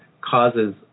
causes